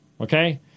Okay